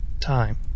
time